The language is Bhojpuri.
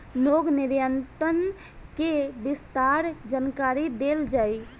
रोग नियंत्रण के विस्तार जानकरी देल जाई?